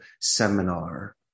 seminar